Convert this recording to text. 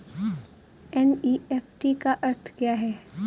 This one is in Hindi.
एन.ई.एफ.टी का अर्थ क्या है?